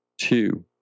two